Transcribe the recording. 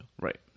Right